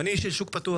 אני איש של שוק פתוח,